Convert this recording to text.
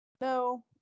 No